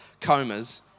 comas